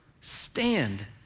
stand